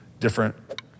different